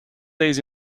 days